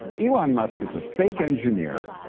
elon musk as a fake engineer,